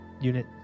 unit